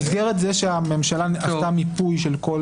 במסגרת זה שהממשלה עשתה מיפוי של כל